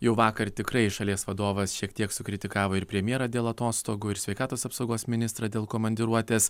jau vakar tikrai šalies vadovas šiek tiek sukritikavo ir premjerą dėl atostogų ir sveikatos apsaugos ministrą dėl komandiruotės